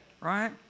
Right